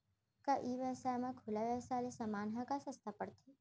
का ई व्यवसाय म खुला व्यवसाय ले समान ह का सस्ता पढ़थे?